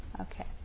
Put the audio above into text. Okay